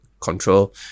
control